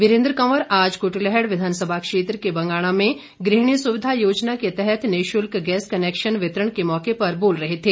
वीरेंद्र कंवर आज कुटलैहड़ विधानसभा क्षेत्र के बंगाणा में गृहिणी सुविधा योजना के तहत निशुल्क गैस कनेक्शन वितरण के मौके पर बोल रहे थे